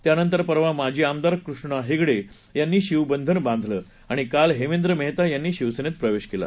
त्यानंतरपरवामाजीआमदारकृष्णाहेगडेयांनीशिवबंधनबांधलं आणिकालहेमेंद्रमेहतायांनीशिवसेनेतप्रवेशकेला